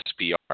SPR